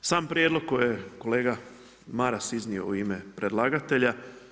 Sam prijedlog koja je kolega Maras iznio u ime predlagatelja.